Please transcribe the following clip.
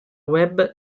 web